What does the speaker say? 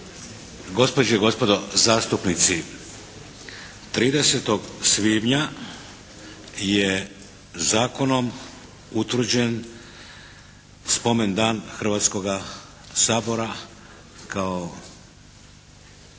Gospođe i gospodo zastupnici 30. svibnja je Zakonom utvrđen spomen dan Hrvatskoga sabora kao